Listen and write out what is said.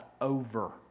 over